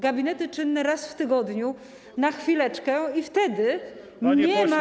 Gabinety czynne raz w tygodniu, na chwileczkę i wtedy nie ma jak.